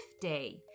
day